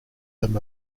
them